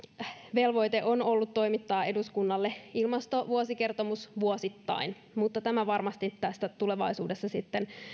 velvoite on ollut toimittaa eduskunnalle ilmastovuosikertomus vuosittain mutta tämä varmasti tästä tulevaisuudessa sitten